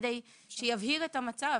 כדי שיבהיר את המצב,